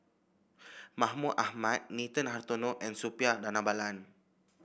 Mahmud Ahmad Nathan Hartono and Suppiah Dhanabalan